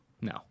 No